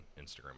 Instagram